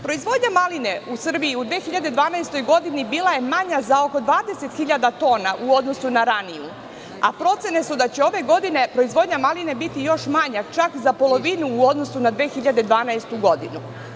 Proizvodnja maline u Srbiji u 2012. godini bila je manja za oko 20.000 tona u odnosu na raniju, a procene su da će ove godine proizvodnja maline biti još manja, čak za polovinu u odnosu na 2012. godinu.